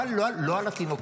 לא על התינוקות,